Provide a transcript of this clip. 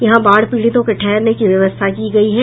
यहां बाढ़ पीड़ितों के ठहरने की व्यवस्था की गयी है